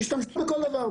השתמשו בכל דבר,